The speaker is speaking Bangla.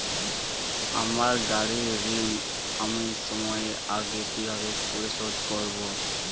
আমার গাড়ির ঋণ আমি সময়ের আগে কিভাবে পরিশোধ করবো?